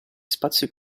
spazi